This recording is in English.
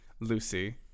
Lucy